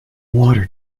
water